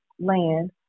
land